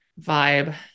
vibe